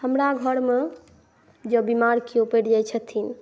हमरा घरमे जँ बीमार केओ पड़ि जाइ छथिन